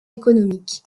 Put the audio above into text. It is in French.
économique